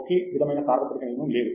okay విధమైన సార్వత్రిక నియమం లేదు